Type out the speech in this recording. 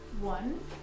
One